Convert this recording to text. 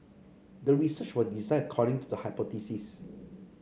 the research was designed according to the hypothesis